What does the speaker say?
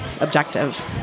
objective